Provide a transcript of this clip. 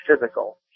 physical